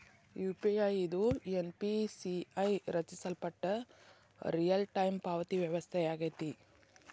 UPI ಇದು NPCI ರಚಿಸಲ್ಪಟ್ಟ real time ಪಾವತಿ ವ್ಯವಸ್ಥೆಯಾಗೆತಿ